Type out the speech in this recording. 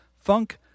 funk